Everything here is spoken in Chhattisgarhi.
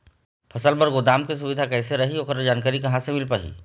फसल बर गोदाम के सुविधा कैसे रही ओकर जानकारी कहा से मिल पाही?